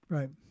Right